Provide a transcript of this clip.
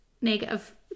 negative